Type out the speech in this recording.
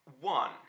one